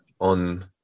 on